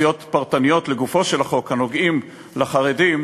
בכמה התייחסויות פרטניות לגופו של החוק הנוגעות לחרדים,